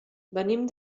venim